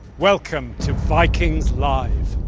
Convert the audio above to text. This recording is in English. welcome to vikings live!